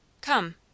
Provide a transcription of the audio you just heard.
Come